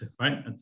right